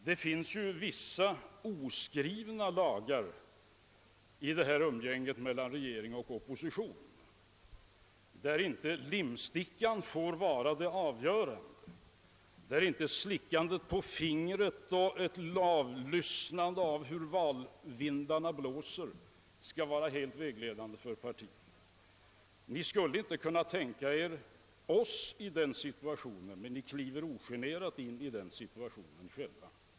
Det finns ju vissa oskrivna lagar i umgänget mellan regering och opposition, där inte limstickan får vara det avgörande och där inte slickandet på fingret och avlyssnandet av hur valvindarna blåser skall vara helt vägledande för partiet. Ni skulle inte kunna tänka er oss i den situationen, men ni kliver ogenerat själva in i den.